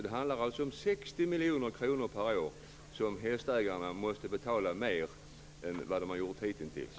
Det handlar alltså om 60 miljoner kronor per år som hästägarna måste betala mer än vad de har gjort hittills.